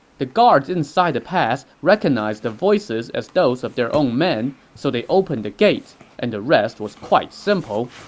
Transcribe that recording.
the guards inside the pass recognized the voices as those of their own men, so they opened the gates, and the rest was quite simple.